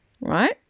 Right